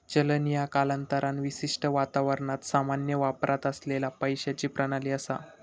चलन ह्या कालांतरान विशिष्ट वातावरणात सामान्य वापरात असलेला पैशाची प्रणाली असा